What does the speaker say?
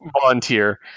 volunteer